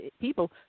people